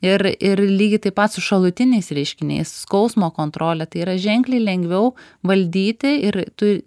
ir ir lygiai taip pat su šalutiniais reiškiniais skausmo kontrolė tai yra ženkliai lengviau valdyti ir tu